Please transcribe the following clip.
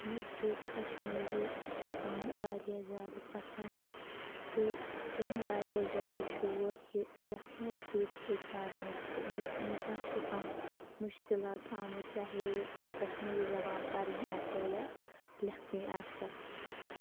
مےٚ چھِ کَشمیٖری زَبان واریاہ زیادٕ پَسَنٛد تہٕ چھُم واریاہ زیادٕ شوق یہِ لیٚکھنَس سۭتۍ سۭتۍ پَرنُک تہِ مےٚ چھَ نہٕ زا نٛہہ تہِ کانٛہہ مُشکِلات آمت چاہے کشمیری زَبان پَرٕنۍ آسِیا یا لیٚکھٕنۍ آسیا